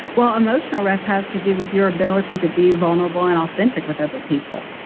well, emotional rest has to do with your ability to be vulnerable and authentic with other people.